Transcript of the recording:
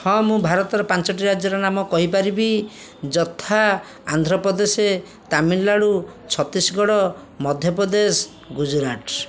ହଁ ମୁଁ ଭାରତର ପାଞ୍ଚଟି ରାଜ୍ୟର ନାମ କହିପାରିବି ଯଥା ଆନ୍ଧ୍ରପ୍ରଦେଶ ତାମିଲନାଡୁ ଛତିଶଗଡ଼ ମଧ୍ୟପ୍ରଦେଶ ଗୁଜୁରାଟ